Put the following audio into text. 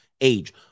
age